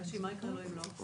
יאשי, מה יקרה לו אם לא?